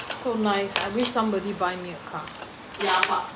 so nice I wish somebody buy me a car